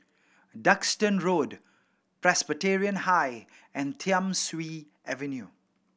Duxton Road Presbyterian High and Thiam Siew Avenue